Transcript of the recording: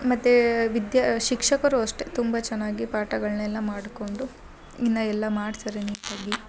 ಮತ್ತು ವಿದ್ಯಾ ಶಿಕ್ಷಕರು ಅಷ್ಟೆ ತುಂಬ ಚೆನ್ನಾಗಿ ಪಾಠಗಳ್ನೆಲ್ಲ ಮಾಡ್ಕೊಂಡು ಇನ್ನ ಎಲ್ಲ ಮಾಡ್ತಾರೆ ಯುನಿಕ್ಕಾಗಿ